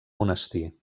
monestir